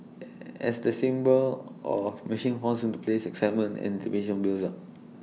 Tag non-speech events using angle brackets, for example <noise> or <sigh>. <hesitation> as the symbols of machine falls into place excitement and <unintelligible> builds up